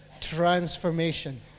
transformation